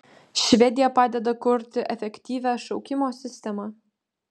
švedija padeda kurti efektyvią šaukimo sistemą